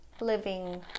Living